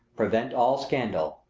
prevent all scandal,